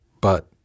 But